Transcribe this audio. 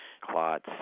clots